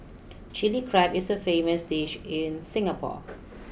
Chilli Crab is a famous dish in Singapore